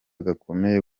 gakomeye